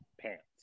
pants